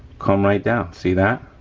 come right down, see that?